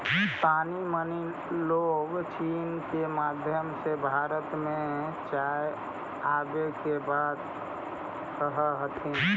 तानी मनी लोग चीन के माध्यम से भारत में चाय आबे के बात कह हथिन